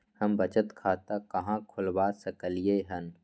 हम बचत खाता कहाॅं खोलवा सकलिये हन?